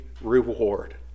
reward